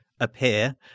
appear